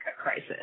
crisis